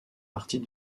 partie